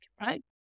right